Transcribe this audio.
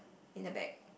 in the back